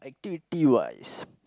activity wise